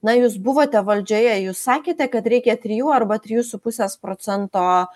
na jūs buvote valdžioje jūs sakėte kad reikia trijų arba trijų su pusės procento